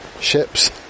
ships